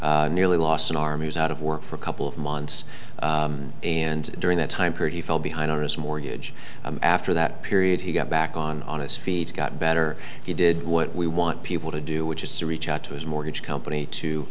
spider nearly lost an arm is out of work for a couple of months and during that time period he fell behind on his mortgage after that period he got back on on his feet got better he did what we want people to do which is to reach out to his mortgage company to